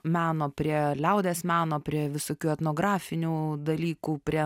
meno prie liaudies meno prie visokių etnografinių dalykų prie